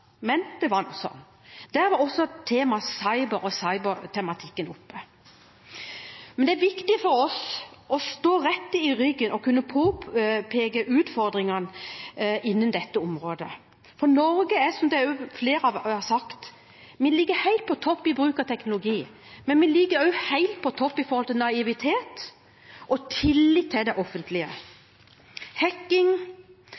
men det var nå sånn. Der var også cybertematikken oppe. Det er viktig for oss å stå rett i ryggen og påpeke utfordringene innen dette området. For Norge ligger, som flere har sagt, helt på topp i bruk av teknologi. Men vi ligger også helt på topp med tanke på naivitet og tillit til det